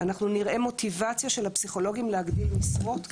אנחנו נראה מוטיבציה של הפסיכולוגים להגדיל משרות.